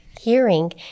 hearing